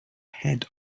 head